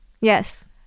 Yes